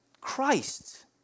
Christ